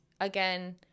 again